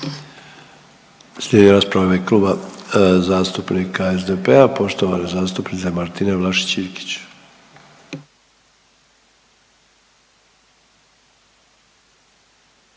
Slijedi rasprava u ime Kluba zastupnika SDP-a poštovane zastupnice Martine Vlašić Iljkić.